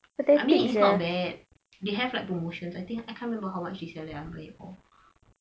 I mean it's not bad they have like promotions I think I can't remember how much is it actually I forgetful